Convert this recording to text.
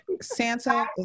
Santa